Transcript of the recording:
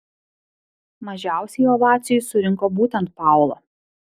mažiausiai ovacijų surinko būtent paula